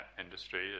industry